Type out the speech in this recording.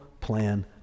plan